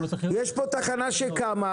יש פה תחנה שקמה.